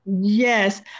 Yes